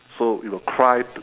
so you will cry